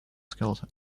skeleton